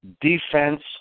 defense